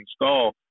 install